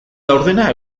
laurdena